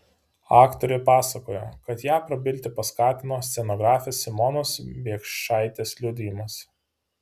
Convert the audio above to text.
aktorė pasakojo kad ją prabilti paskatino scenografės simonos biekšaitės liudijimas